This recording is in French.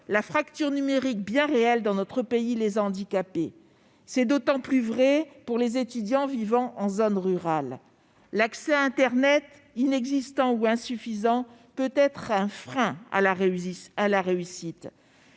la fracture numérique bien réelle dans notre pays les a handicapés. C'est d'autant plus vrai pour les étudiants vivant en zone rurale. L'accès à internet, inexistant ou insuffisant, peut être un frein à la réussite.